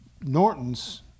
Norton's